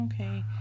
okay